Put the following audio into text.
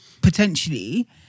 potentially